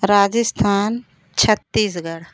Rajasthan Chhattisgarh